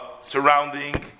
surrounding